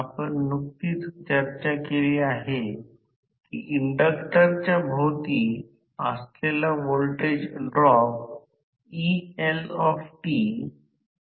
म्हणूनच प्रेरण मोटर मध्ये शिडी स्वतः बंद आहे व एक स्क्विरल केज तयार करते आहे